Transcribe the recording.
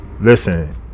listen